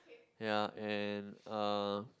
yea and uh